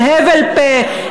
בהבל פה,